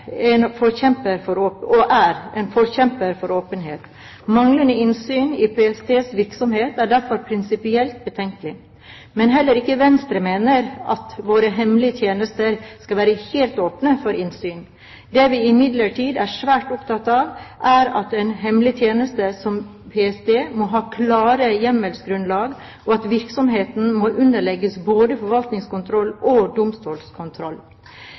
og er, en forkjemper for åpenhet. Manglende innsyn i PSTs virksomhet er derfor prinsipielt betenkelig. Men heller ikke Venstre mener at våre hemmelige tjenester skal være helt åpne for innsyn. Det vi imidlertid er svært opptatt av, er at en hemmelig tjeneste som PST må ha klare hjemmelsgrunnlag og at virksomheten må underlegges både forvaltningskontroll og domstolskontroll.